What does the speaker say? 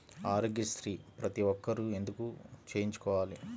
ఆరోగ్యశ్రీ ప్రతి ఒక్కరూ ఎందుకు చేయించుకోవాలి?